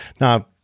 Now